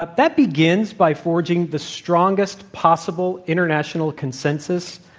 but that begins by forging the strongest possible international consensus